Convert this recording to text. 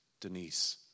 Denise